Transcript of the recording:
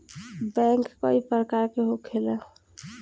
bank कई प्रकार के होखेला